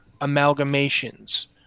amalgamations